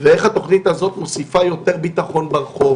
ואיך התוכנית הזאת מוסיפה יותר ביטחון ברחוב